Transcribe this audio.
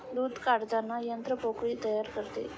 दूध काढताना यंत्र पोकळी तयार करते